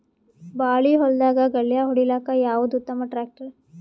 ಬಾಳಿ ಹೊಲದಾಗ ಗಳ್ಯಾ ಹೊಡಿಲಾಕ್ಕ ಯಾವದ ಉತ್ತಮ ಟ್ಯಾಕ್ಟರ್?